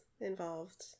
involved